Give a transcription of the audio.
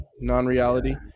non-reality